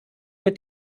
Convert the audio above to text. mit